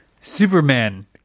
Superman